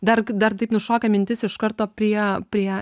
dar dar taip nušoko mintis iš karto prie prie